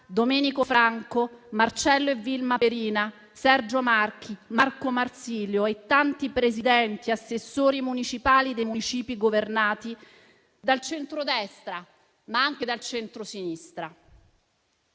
Domenico Franco, Marcello e Vilma Perina, Sergio Marchi, Marco Marsilio e tanti presidenti, assessori municipali dei municipi governati dal centrodestra, ma anche dal centrosinistra.